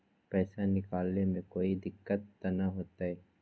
पैसा निकाले में कोई दिक्कत त न होतई?